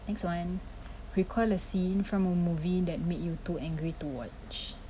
next one recall a scene from a movie that made you too angry to watch